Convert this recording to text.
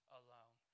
alone